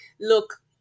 look